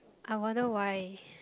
I wonder why